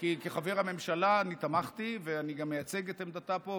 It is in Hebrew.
כי כחבר הממשלה אני תמכתי ואני גם מייצג את עמדתה פה,